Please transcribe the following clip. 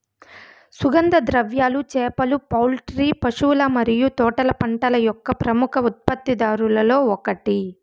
సుగంధ ద్రవ్యాలు, చేపలు, పౌల్ట్రీ, పశువుల మరియు తోటల పంటల యొక్క ప్రముఖ ఉత్పత్తిదారులలో ఒకటి